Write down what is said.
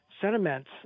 sentiments